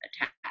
attack